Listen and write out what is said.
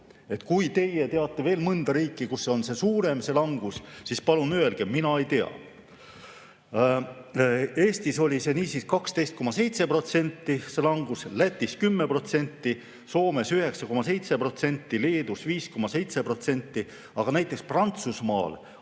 Kui teie teate veel mõnda riiki, kus see on suurem, see langus, siis palun öelge. Mina ei tea. Eestis oli 12,7% see langus, Lätis 10%, Soomes 9,7%, Leedus 5,7%, aga näiteks Prantsusmaal ainult